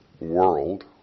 world